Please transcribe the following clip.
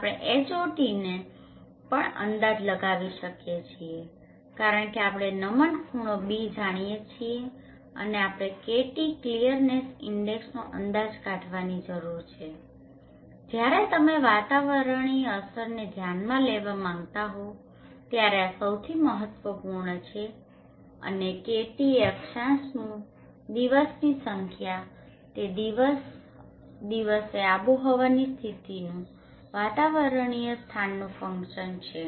આપણે Hotનો પણ અંદાજ લગાવી શકીએ છીએ કારણ કે આપણે નમન ખૂણો β જાણીએ છીએ અને આપણે KT ક્લિયરનેસ ઇન્ડેક્સનો અંદાજ કાઢવાની જરૂર છે જ્યારે તમે વાતાવરણીય અસરોને ધ્યાનમાં લેવા માંગતા હો ત્યારે આ સૌથી મહત્વપૂર્ણ છે અને KT એ અક્ષાંશનું દિવસની સંખ્યા તે દિવસ તે દિવસે આબોહવાની સ્થિતિનું વાતાવરણીય સ્થાનનુ ફંક્શન છે